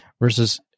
versus